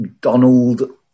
Donald